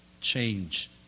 change